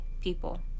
people